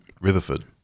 rutherford